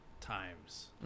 times